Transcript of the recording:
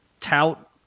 tout